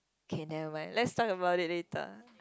okay never mind let's talk about it later